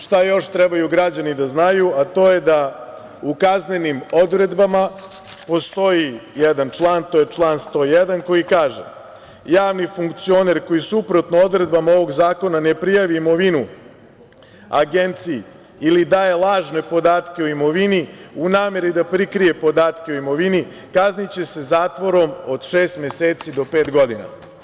Šta još trebaju građani da znaju, a to je da u kaznenim odredbama postoji jedan član, to je član 101 koji kaže – javni funkcioner koji suprotno odredbama ovog zakona ne prijavi imovinu Agenciji ili daje lažne podatke o imovini, u nameri da prikrije podatke o imovini, kazniće se zatvorom od šest meseci do pet godina.